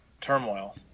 Turmoil